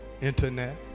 internet